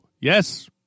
yes